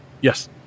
Yes